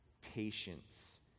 patience